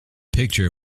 picture